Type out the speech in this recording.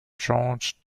george